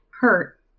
hurt